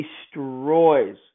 destroys